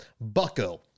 bucko